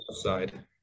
side